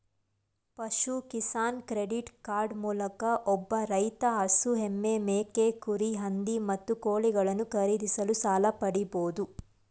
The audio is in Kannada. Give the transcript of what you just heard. ಪಶು ಕಿಸಾನ್ ಕ್ರೆಡಿಟ್ ಕಾರ್ಡ್ ಮೂಲಕ ಒಬ್ಬ ರೈತ ಹಸು ಎಮ್ಮೆ ಮೇಕೆ ಕುರಿ ಹಂದಿ ಮತ್ತು ಕೋಳಿಗಳನ್ನು ಖರೀದಿಸಲು ಸಾಲ ಪಡಿಬೋದು